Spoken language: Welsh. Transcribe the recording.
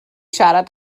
siarad